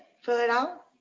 fill it out.